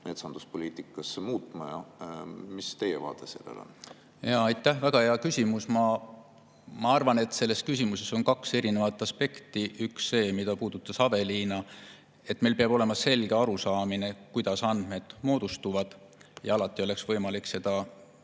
metsanduspoliitikas muutma. Mis teie vaade sellele on? Aitäh! Väga hea küsimus. Ma arvan, et selles küsimuses on kaks aspekti. Üks on see, mida puudutas Aveliina, et meil peab olema selge arusaam, kuidas andmed moodustuvad, ja alati peab olema võimalik seda